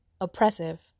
oppressive